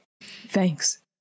Thanks